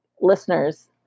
listeners –